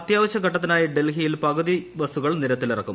അത്യാവശ്യഘട്ടത്തിനായി ഡൽഹിയിൽ പകുതി ബസുകൾ നിരത്തിലിറക്കും